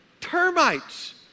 termites